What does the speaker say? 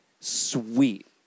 sweet